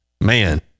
man